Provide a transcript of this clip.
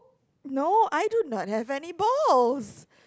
no I do not have any balls